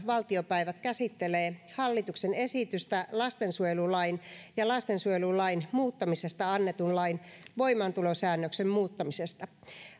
valtiopäiviltä käsittelee hallituksen esitystä lastensuojelulain ja lastensuojelulain muuttamisesta annetun lain voimaantulosäännöksen muuttamisesta